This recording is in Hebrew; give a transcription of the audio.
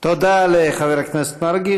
תודה לחבר הכנסת מרגי.